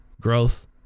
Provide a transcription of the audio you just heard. growth